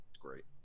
great